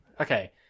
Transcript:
Okay